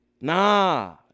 Nah